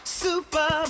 super